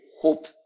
hope